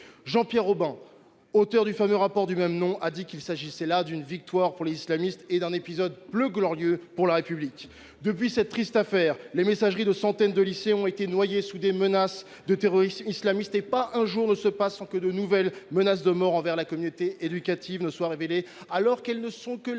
Jean Pierre Obin, auteur du fameux rapport, a déclaré qu’il s’agissait là d’une « victoire » pour les islamistes et d’un « épisode peu glorieux » pour la République. Depuis cette triste affaire, les messageries de centaines de lycées ont été noyées sous des menaces de terrorisme islamiste, et pas un jour ne se passe sans que de nouvelles menaces de mort envers la communauté éducative soient révélées. Elles ne représentent